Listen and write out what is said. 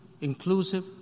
inclusive